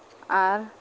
ᱟᱨ